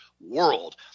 world